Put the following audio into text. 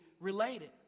related